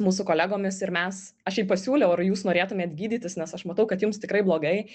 mūsų kolegomis ir mes aš jai pasiūliau ar jūs norėtumėt gydytis nes aš matau kad jums tikrai blogai